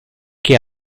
che